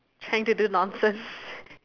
trying to do nonsense